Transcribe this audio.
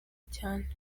cyane